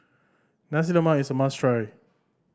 Nasi Lemak is a must try